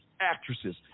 actresses